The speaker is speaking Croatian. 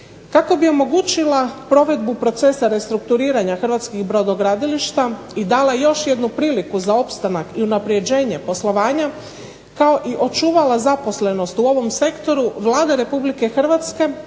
Kako bi omogućila provedbu procesa restrukturiranja hrvatskih brodogradilišta i dala još jednu priliku za opstanak i unapređenje poslovanja kao i očuvala zaposlenost u ovom sektoru Vlada Republike Hrvatske